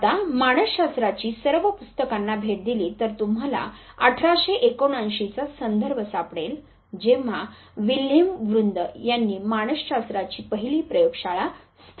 आता मानस शास्त्राची सर्व पुस्तकांना भेट दिली तर तुम्हाला 1879 चा संदर्भ सापडेल जेव्हा विल्हेम वुंद यांनी मानस शास्त्राची पहिली प्रयोगशाळा स्थापन केली होती